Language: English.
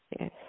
Yes